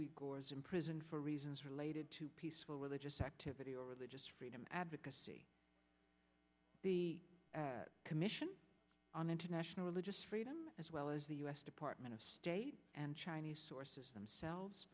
of gore's imprisoned for reasons related to peaceful religious activity or religious freedom advocacy the commission on international religious freedom as well as the u s department of state and chinese sources themselves